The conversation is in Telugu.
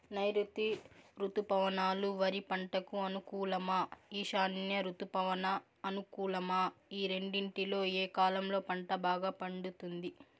నైరుతి రుతుపవనాలు వరి పంటకు అనుకూలమా ఈశాన్య రుతుపవన అనుకూలమా ఈ రెండింటిలో ఏ కాలంలో పంట బాగా పండుతుంది?